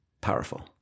powerful